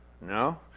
No